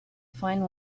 fine